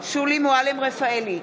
שולי מועלם-רפאלי,